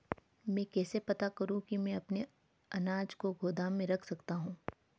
मैं कैसे पता करूँ कि मैं अपने अनाज को गोदाम में रख सकता हूँ?